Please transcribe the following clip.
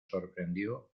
sorprendió